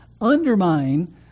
undermine